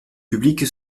public